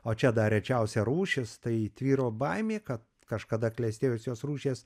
o čia dar rečiausia rūšis tai tvyro baimė kad kažkada klestėjusios rūšies